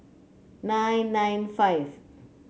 nine nine five